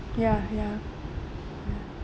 ya ya ya